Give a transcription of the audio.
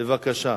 בבקשה.